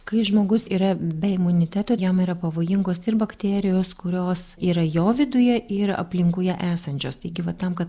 kai žmogus yra be imuniteto jam yra pavojingos bakterijos kurios yra jo viduje ir aplinkoje esančios taigi va tam kad